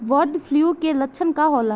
Bird flu के लक्षण का होला?